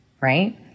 right